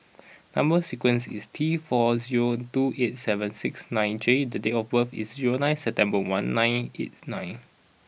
number sequence is T four zero two eight seven six nine J the date of birth is zero nine September one nine eight nine